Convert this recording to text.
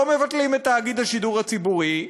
לא מבטלים את תאגיד השידור הציבורי,